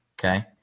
Okay